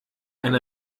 eine